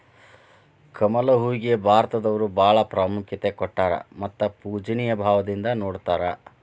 ಕಮಲ ಹೂವಿಗೆ ಭಾರತದವರು ಬಾಳ ಪ್ರಾಮುಖ್ಯತೆ ಕೊಟ್ಟಾರ ಮತ್ತ ಪೂಜ್ಯನಿಯ ಭಾವದಿಂದ ನೊಡತಾರ